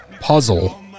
puzzle